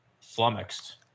flummoxed